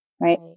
right